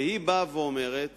והיא באה ואומרת: